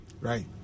right